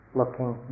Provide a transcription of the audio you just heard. looking